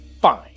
fine